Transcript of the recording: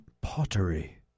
pottery